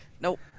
nope